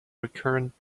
recurrent